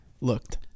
Looked